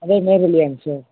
அதே நேர்வழியாங்க சார்